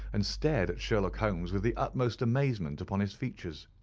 and stared at sherlock holmes with the utmost amazement upon his features.